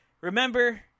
remember